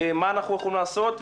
מה אנחנו יכולים לעשות.